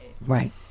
Right